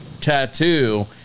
tattoo